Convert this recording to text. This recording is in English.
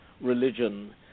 religion